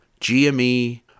GME